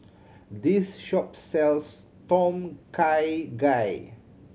this shop sells Tom Kha Gai